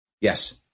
Yes